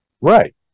Right